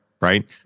right